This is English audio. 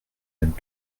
and